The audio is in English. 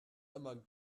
among